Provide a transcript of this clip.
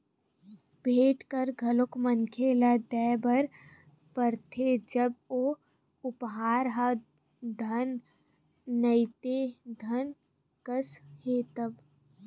भेंट कर घलो मनखे ल देय बर परथे जब ओ उपहार ह धन नइते धन कस हे तब